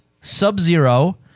Sub-Zero